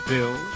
Bill